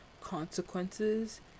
consequences